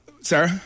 Sarah